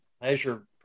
pleasure